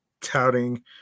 touting